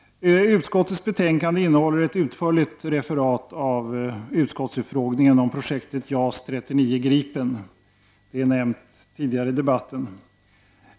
Utskottets betänkande innehåller, som nämnts tidigare i debatten, ett utförligt referat av utskottets utfrågning om projektet JAS 39 Gripen.